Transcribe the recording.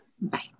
Bye